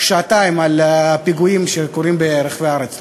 שעתיים על פיגועים שקורים ברחבי הארץ.